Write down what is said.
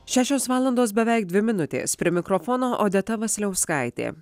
šešios valandos beveik dvi minutės prie mikrofono odeta vasiliauskaitė